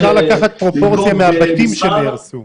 אפשר לקחת פרופורציה מהבתים שנהרסו,